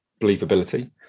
believability